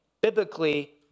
biblically